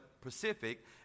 Pacific